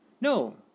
No